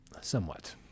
Somewhat